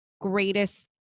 greatest